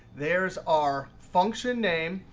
there's our function name.